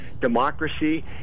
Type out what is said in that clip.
democracy